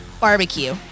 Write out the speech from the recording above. barbecue